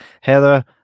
Heather